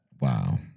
Wow